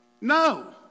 No